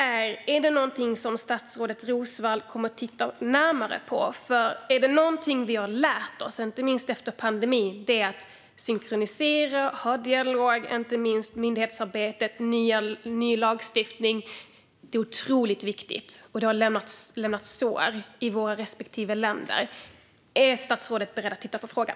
Är detta något som statsrådet Roswall kommer att titta närmare på? Om det är något vi har lärt oss, inte minst efter pandemin, är det att synkronisering, dialog i myndighetsarbetet och ny lagstiftning är otroligt viktigt. Det här har orsakat sår i våra respektive länder. Är statsrådet beredd att titta på frågan?